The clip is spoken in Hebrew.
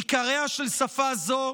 עיקריה של שפה זו,